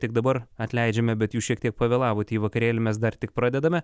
tik dabar atleidžiame bet jūs šiek tiek pavėlavote į vakarėlį mes dar tik pradedame